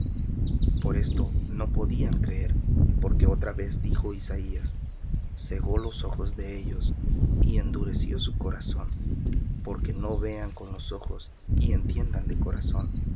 por esto no podían creer porque otra vez dijo isaías cegó los ojos de ellos y endureció su corazón porque no vean con los ojos y entiendan de corazón